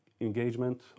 engagement